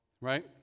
Right